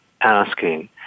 asking